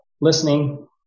listening